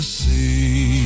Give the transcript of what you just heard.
see